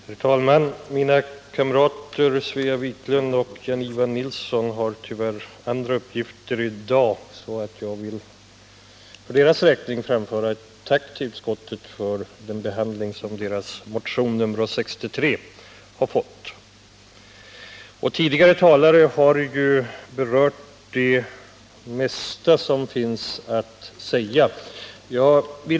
Herr talman! Mina kamrater Svea Wiklund och Jan-Ivan Nilsson har tyvärr andra uppgifter att fullgöra i dag, varför jag å deras vägnar vill framföra ett tack till utskottet för den behandling som deras motion nr 63 har fått. Tidigare talare har berört det mesta som finns att säga på denna punkt.